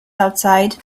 outside